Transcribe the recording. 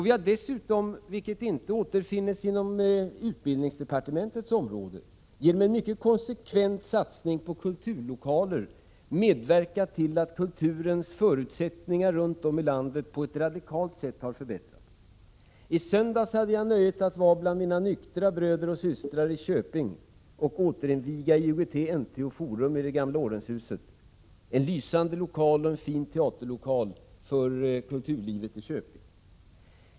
Vi har dessutom, vilket inte återfinns inom utbildningsdepartementets område, genom en mycket konsekvent satsning på kulturlokaler medverkat till att kulturens förutsättningar runt om i landet på ett radikalt sätt har förbättrats. I söndags hade jag nöjet att vara bland mina nyktra bröder och systrar i Köping och återinviga IOGT-NTO-Forum i det gamla ordenshuset, en lysande lokal och fin teaterlokal för kulturlivet i Köping.